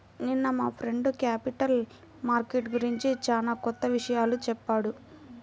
నిన్న మా friend capital market గురించి చానా కొత్త విషయాలు చెప్పాడు